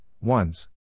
ones